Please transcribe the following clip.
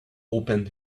opened